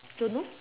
don't know